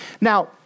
Now